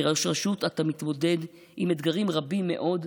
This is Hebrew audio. כראש רשות אתה מתמודד עם אתגרים רבים מאוד,